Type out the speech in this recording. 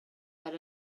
that